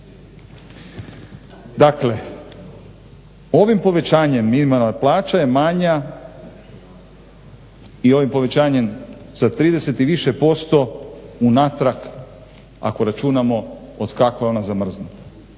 Dakle, ovim povećanjem minimalna plaća je manja i ovim povećanjem za 30 i više posto unatrag ako računamo od kako je ona zamrznuta.